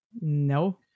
No